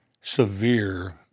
severe